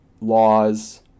laws